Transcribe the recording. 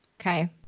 Okay